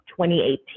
2018